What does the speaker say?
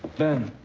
ben.